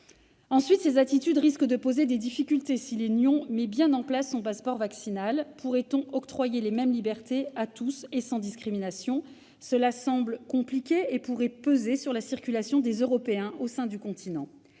Ensuite, ces attitudes risquent de poser des difficultés si l'Union met bien en place son passeport vaccinal : pourra-t-on octroyer les mêmes libertés à tous sans discrimination ? Cela semble difficile, et cette situation pourrait peser sur la circulation des Européens au sein du continent.